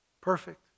Perfect